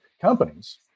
companies